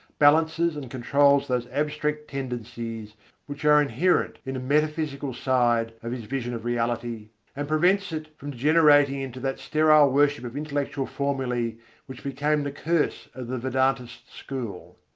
balances and controls those abstract tendencies which are inherent in the metaphysical side of his vision of reality and prevents it from degenerating into that sterile worship of intellectual formulae which became the curse of the vedantist school.